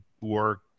work